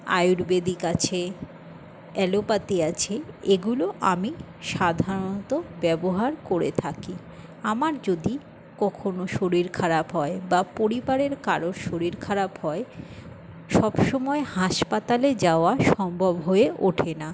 আয়ুর্বেদিক আছে অ্যালোপ্যাথি আছে এগুলো আমি সাধারণত ব্যবহার করে থাকি আমার যদি কখনও শরীর খারাপ হয় বা পরিবারের কারোর শরীর খারাপ হয় সবসময় হাসপাতালে যাওয়া সম্ভব হয়ে ওঠে না